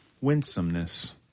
winsomeness